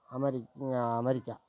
அமெரிக் America